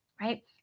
right